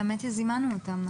האמת היא שזימנו אותם.